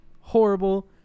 horrible